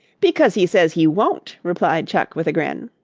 because he says he won't, replied chuck with a grin.